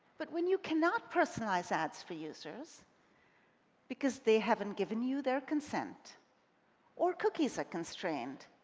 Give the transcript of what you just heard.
but when you cannot personalize ads for users because they haven't given you their consent or cookies are constrained